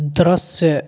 दृश्य